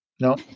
No